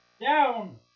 Down